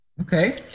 Okay